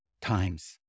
times